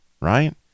right